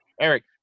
Eric